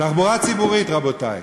תחבורה ציבורית, רבותי.